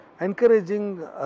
encouraging